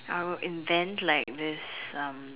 I will invent like this um